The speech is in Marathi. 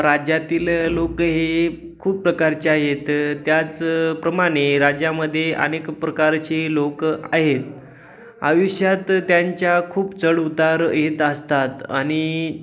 राज्यातील लोकं हे खूप प्रकारच्या आहेत त्याचप्रमाणे राज्यामध्ये अनेक प्रकारचे लोक आहेत आयुष्यात त्यांच्या खूप चढ उतार येत असतात आणि